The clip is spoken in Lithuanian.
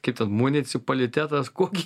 kaip ten municipalitetas kokį